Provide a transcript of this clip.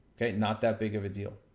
not that big of a deal.